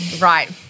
right